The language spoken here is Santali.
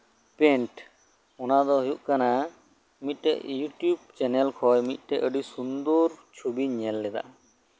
ᱯᱮᱱᱴ ᱚᱱᱟ ᱫᱚ ᱦᱩᱭᱩᱜ ᱠᱟᱱᱟ ᱢᱤᱫᱴᱮᱡ ᱤᱭᱩᱴᱩᱵ ᱪᱮᱱᱮᱞ ᱠᱷᱚᱡ ᱟᱹᱰᱤ ᱥᱩᱱᱫᱚᱨ ᱪᱷᱚᱵᱤᱧ ᱧᱮᱞ ᱞᱮᱫᱟ